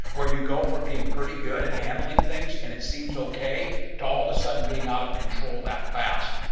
where you go from being pretty good and handling things and it seems okay to all of a sudden, being out of control that fast.